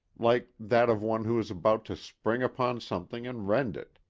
like that of one who is about to spring upon something and rend it.